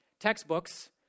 Textbooks